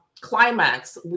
climax